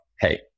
Hey